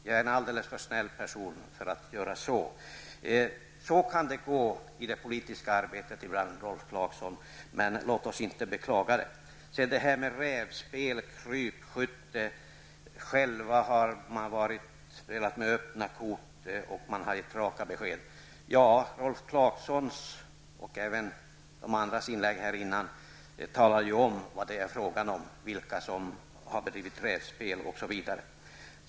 Jag är en alldeles för snäll person för att göra det. Så går det ibland i det politiska arbetet, Rolf Clarkson, men låt oss alltså inte beklaga detta. Sedan några ord om detta om rävspel och krypskytte. Det gäller också uttalanden om att man själv har spelat med öppna kort och gett raka besked. Ja, Rolf Clarksons och andra talares inlägg här tidigare visar vad det är fråga om -- vilka som har bedrivit rävspel osv.